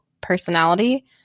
personality